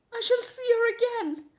i shall see her again!